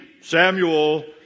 Samuel